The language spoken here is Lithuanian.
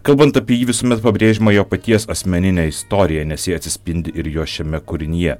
kalbant apie jį visuomet pabrėžiama jo paties asmeninė istorija nes ji atsispindi ir jo šiame kūrinyje